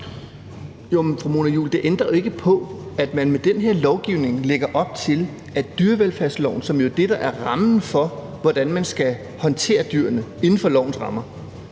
(V): Men fru Mona Juul, det ændrer jo ikke på, at man med den her lovgivning lægger op til, at dyrevelfærdsloven, som er det, der er rammen for, hvordan man skal håndtere dyrene, bliver lempet.